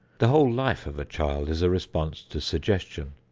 the whole life of a child is a response to suggestion.